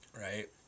right